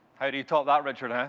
how do you top that, richard, ah?